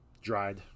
dried